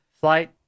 flight